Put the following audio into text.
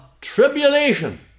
tribulation